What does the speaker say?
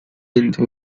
into